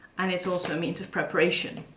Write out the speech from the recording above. and it's also means of preparation.